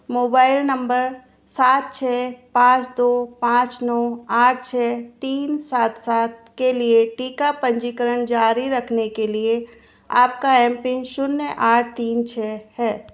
mobile number सात छ पाँच दो पाँच नौ आठ छ तीन सात सात के लिए टीका पंजीकरण जारी रखने के लिए आपका एम पिन शून्य आठ तीन छ है